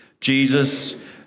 Jesus